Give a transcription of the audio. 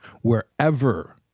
wherever